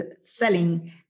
selling